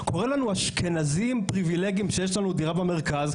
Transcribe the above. קורא לנו אשכנזים פריבילגיים שיש לנו דירה במרכז,